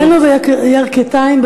חברינו בירכתיים,